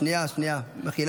מחילה.